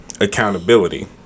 accountability